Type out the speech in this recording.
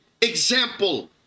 example